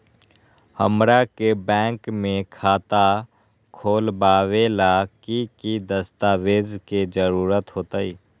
हमरा के बैंक में खाता खोलबाबे ला की की दस्तावेज के जरूरत होतई?